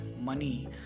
money